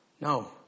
No